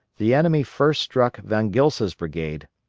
the enemy first struck von gilsa's brigade,